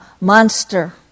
monster